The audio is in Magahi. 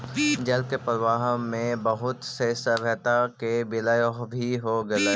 जल के प्रवाह में बहुत से सभ्यता के विलय भी हो गेलई